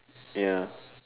ya